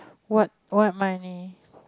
what what my niece